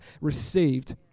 received